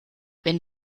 wenn